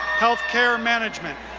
health care management.